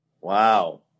Wow